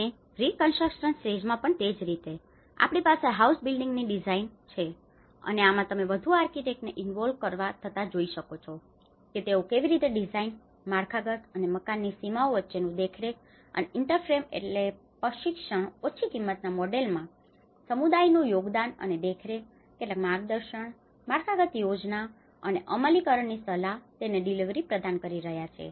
અને રિકન્સ્ટ્રકશન સ્ટેજમાં પણ તે જ રીતે આપણી પાસે હાઉસ બિલ્ડિંગની ડિઝાઇન house building design આવાસ બિલ્ડિંગની રચના છે અને આમાં તમે વધુ આર્કિટેક્ટને ઇન્વોલ્વ involve ભાગ લેવો થતા જોઈ શકો છો કે તેઓ કેવી રીતે ડિઝાઇન માળખાગત અને મકાનની સીમાઓ વચ્ચેનું દેખરેખ અને ઇન્ટરફેસ પ્રશિક્ષણ ઓછી કિંમતના મોડેલોમાં સમુદાયનું યોગદાન અને દેખરેખ કેટલાક માર્ગદર્શન માળખાગત યોજના અને અમલીકરણ સલાહ અને તેની ડિલિવરી પ્રદાન કરી રહ્યા છે